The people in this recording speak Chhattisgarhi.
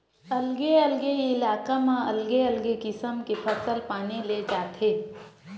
अलगे अलगे इलाका म अलगे अलगे किसम के फसल पानी ले जाथे